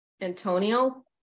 antonio